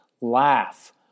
Laugh